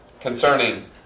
concerning